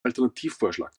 alternativvorschlag